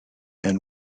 and